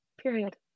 period